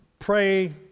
pray